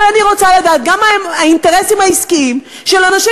אבל אני רוצה לדעת גם מה האינטרסים העסקיים של אנשים